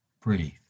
breathe